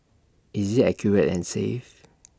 is IT accurate and safe